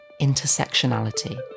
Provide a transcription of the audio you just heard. Intersectionality